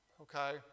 Okay